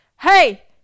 hey